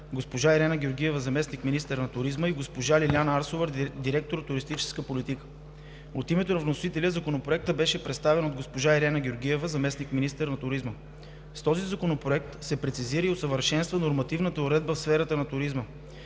госпожа Ирена Георгиева – заместник-министър на туризма, и госпожа Лиляна Арсова – директор „Туристическа политика“. От името на вносителя Законопроектът беше представен от госпожа Ирена Георгиева – заместник-министър на туризма. С този законопроект се прецизира и усъвършенства нормативната уредба в сферата на туризма.